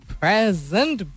present